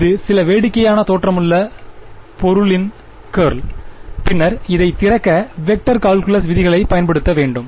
இது சில வேடிக்கையான தோற்றமுள்ள பொருளின் கர்ல் பின்னர் இதைத் திறக்க வெக்டர் கால்குலஸ் விதிகளைப் பயன்படுத்த வேண்டும்